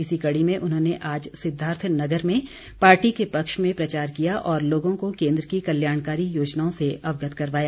इसी कड़ी में उन्होंने आज सिद्वार्थ नगर में पार्टी के पक्ष में प्रचार किया और लोगों को केन्द्र की कल्याणकारी योजनाओं से अवगत करवाया